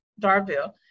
Darville